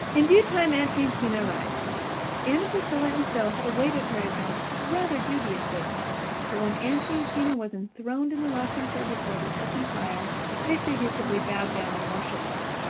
in due time aunt jamesina arrived. anne and priscilla and phil had awaited her advent rather dubiously but when aunt jamesina was enthroned in the rocking chair before the open fire they figuratively bowed down and worshipped her.